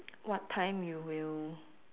what time you will